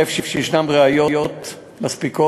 איפה שישנן ראיות מספיקות,